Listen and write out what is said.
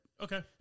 Okay